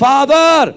Father